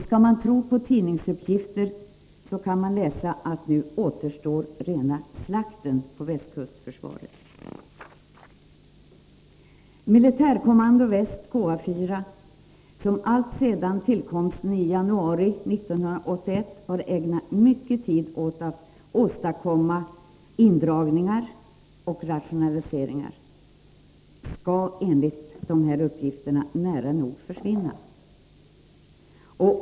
Skall man tro på tidningsuppgifter så återstår nu ”rena slakten på västkustförsvaret”. Militärkommando Väst/KA 4, som alltsedan tillkomsten i januari 1981 har ägnat mycket tid åt att åstadkomma indragningar och rationaliseringar, skall enligt uppgift nära nog försvinna.